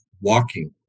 walking